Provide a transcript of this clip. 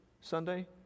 Sunday